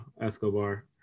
Escobar